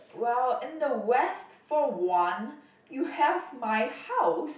wow in the west for one you have my house